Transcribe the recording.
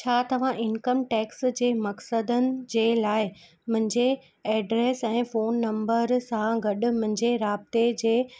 छा तव्हां income tax जे मक़सदनि जे लाइ मुंहिंजे एड्रेस ऐं फ़ोन नंबर सां गॾु मुंहिंजे राबते जे